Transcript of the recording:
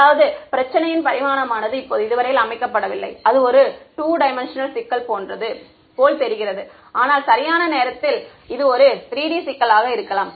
அதாவது பிரச்சினையின் பரிமாணமானது இப்போது இதுவரையில் அமைக்கப்படவில்லை அது ஒரு 2D சிக்கல் போல் தெரிகிறது ஆனால் சரியான நேரத்தில் இது ஒரு 3D சிக்கலாக இருக்கலாம்